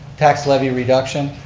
tax levy reduction,